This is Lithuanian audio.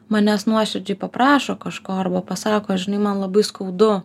manęs nuoširdžiai paprašo kažko arba pasako žinai man labai skaudu